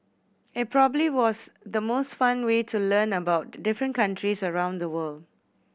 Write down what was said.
it probably was the most fun way to learn about the different countries around the world